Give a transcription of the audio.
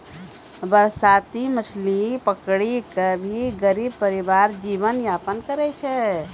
बरसाती मॅ मछली पकड़ी कॅ भी गरीब परिवार जीवन यापन करै छै